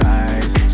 eyes